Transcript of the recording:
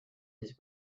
his